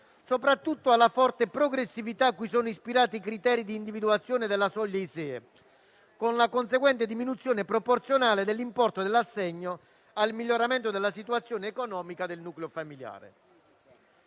soprattutto alla forte progressività a cui sono ispirati i criteri di individuazione della soglia ISEE, con la conseguente diminuzione proporzionale dell'importo dell'assegno al miglioramento della situazione economica del nucleo familiare.